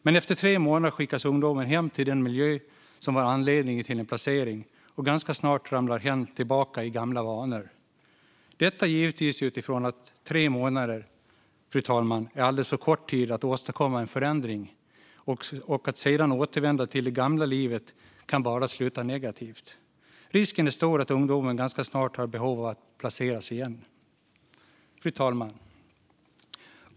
Men efter tre månader skickas ungdomen hem till den miljö som var anledningen till placeringen, och ganska snart ramlar hen tillbaka i gamla vanor. Detta givetvis utifrån att tre månader är alldeles för kort tid att åstadkomma en förändring. Att sedan återvända till det gamla livet kan bara sluta negativt. Risken är stor att ungdomen ganska snart har behov av att placeras igen. Fru talman!